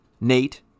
nate